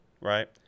right